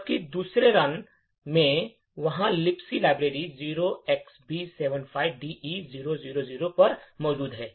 जबकि दूसरे रन में वही लिबक लाइब्रेरी 0xb75de000 पर मौजूद है